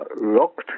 locked